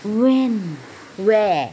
when where